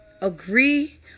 agree